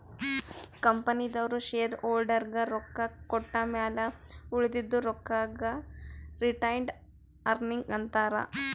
ಕಂಪನಿದವ್ರು ಶೇರ್ ಹೋಲ್ಡರ್ಗ ರೊಕ್ಕಾ ಕೊಟ್ಟಮ್ಯಾಲ ಉಳದಿದು ರೊಕ್ಕಾಗ ರಿಟೈನ್ಡ್ ಅರ್ನಿಂಗ್ ಅಂತಾರ